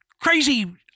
crazy